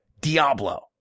Diablo